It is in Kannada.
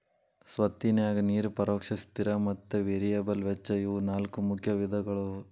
ಸ್ವತ್ತಿನ್ಯಾಗ ನೇರ ಪರೋಕ್ಷ ಸ್ಥಿರ ಮತ್ತ ವೇರಿಯಬಲ್ ವೆಚ್ಚ ಇವು ನಾಲ್ಕು ಮುಖ್ಯ ವಿಧಗಳವ